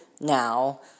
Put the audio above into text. now